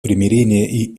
примирение